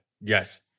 Yes